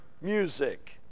music